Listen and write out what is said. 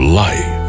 life